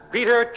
Peter